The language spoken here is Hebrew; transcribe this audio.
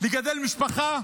לגדל משפחה,